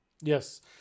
Yes